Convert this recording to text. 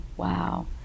Wow